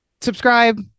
subscribe